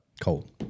Cold